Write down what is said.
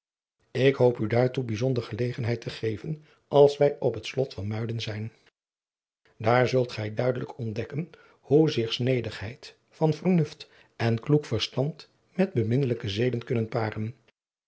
ik hoop u daartoe bijzonder gelegenheid te geven als wij op het slot van muiden zijn daar zult gij duidelijk ontdekken hoe zich snedigheid van vernuft en kloek verstand met beminnelijke zeden kunnen paren